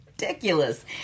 ridiculous